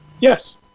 yes